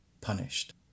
Punished